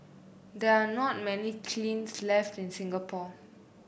there are not many kilns left in Singapore